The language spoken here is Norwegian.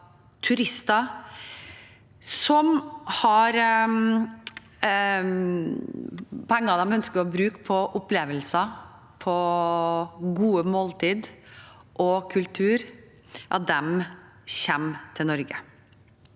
norsk reiseliv penger de ønsker å bruke på opplevelser, gode måltider og kultur, kommer til Norge.